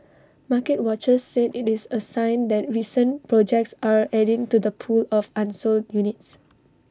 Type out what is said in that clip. market watchers said IT is A sign that recent projects are adding to the pool of unsold units